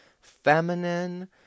feminine